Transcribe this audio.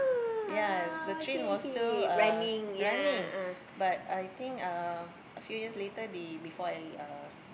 ya the train was still uh running but I think uh a few years later they before I uh